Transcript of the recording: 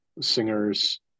singers